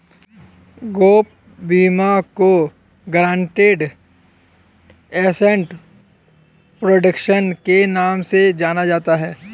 gap बीमा को guaranteed asset protection के नाम से जाना जाता है